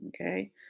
okay